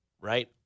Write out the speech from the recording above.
right